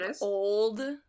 old